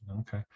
Okay